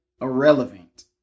Irrelevant